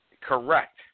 Correct